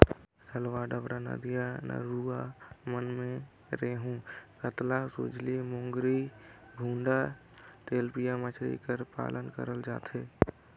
तलवा डबरा, नदिया नरूवा मन में रेहू, कतला, सूइली, मोंगरी, भुंडा, तेलपिया मछरी कर पालन करल जाथे